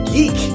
Geek